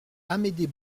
amédée